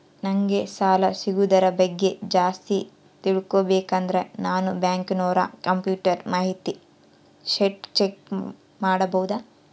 ನಂಗೆ ಸಾಲ ಸಿಗೋದರ ಬಗ್ಗೆ ಜಾಸ್ತಿ ತಿಳಕೋಬೇಕಂದ್ರ ನಾನು ಬ್ಯಾಂಕಿನೋರ ಕಂಪ್ಯೂಟರ್ ಮಾಹಿತಿ ಶೇಟ್ ಚೆಕ್ ಮಾಡಬಹುದಾ?